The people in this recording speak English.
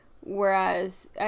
Whereas